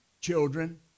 Children